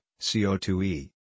CO2e